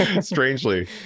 strangely